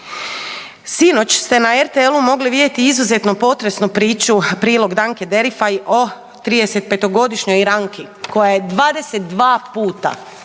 Sinoć ste na RTL-u mogli vidjeti izuzetno potresnu priču, prilog Dane Derifaj o 35-to godišnjoj Iranki koja je 22 puta